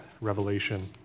Revelation